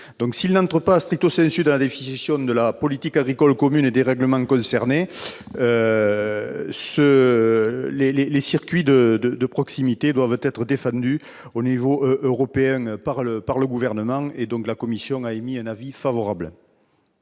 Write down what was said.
S'ils n'entrent pas dans la définition de la politique agricole commune et des règlements concernés, les circuits de proximité doivent être défendus au niveau européen par le Gouvernement. Pour ces raisons, la commission a émis un favorable